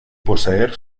poseer